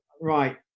right